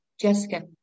Jessica